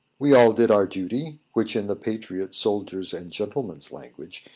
we all did our duty, which, in the patriot's, soldier's, and gentleman's language,